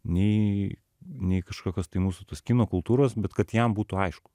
nei nei kažkokios tai mūsų kino kultūros bet kad jam būtų aišku